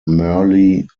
merely